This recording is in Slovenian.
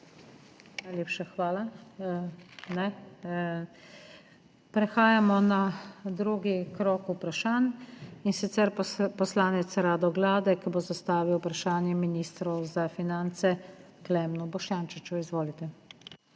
Najlepša hvala. Prehajamo na drugi krog vprašanj, in sicer bo poslanec Rado Gladek zastavil vprašanje ministru za finance Klemnu Boštjančiču. Izvolite.